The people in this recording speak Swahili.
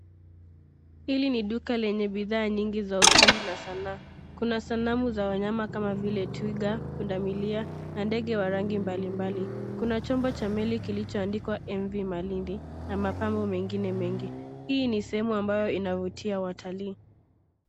Hili ni duka lenye bidhaa nyingi za ufundi na Sanaa. Kuna sanamu za wanyama kama vile twiga, punda milia na ndege wa rangi mbali mbali .Kuna chumba cha pili kilicho andikwa mv malindi na mapambo mengine mengi. Hii ni sehemu ambayo inavutia watalii.